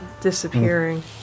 disappearing